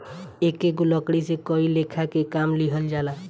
एकेगो लकड़ी से कई लेखा के काम लिहल जाला